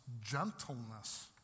gentleness